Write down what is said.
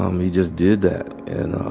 um, he just did that. and,